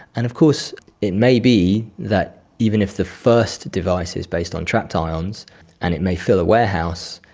and of course it may be that even if the first device is based on trapped ions and it may fill a warehouse,